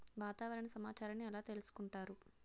వాతావరణ సమాచారాన్ని ఎలా తెలుసుకుంటారు?